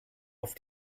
auf